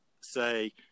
say